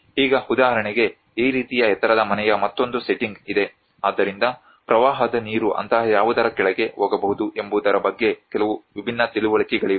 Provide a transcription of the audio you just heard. ಈಗ ಉದಾಹರಣೆಗೆ ಈ ರೀತಿಯ ಎತ್ತರದ ಮನೆಯ ಮತ್ತೊಂದು ಸೆಟ್ಟಿಂಗ್ ಇದೆ ಆದ್ದರಿಂದ ಪ್ರವಾಹದ ನೀರು ಅಂತಹ ಯಾವುದರ ಕೆಳಗೆ ಹೋಗಬಹುದು ಎಂಬುದರ ಬಗ್ಗೆ ಕೆಲವು ವಿಭಿನ್ನ ತಿಳುವಳಿಕೆಗಳಿವೆ